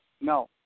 No